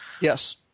Yes